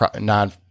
non